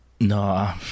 No